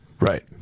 Right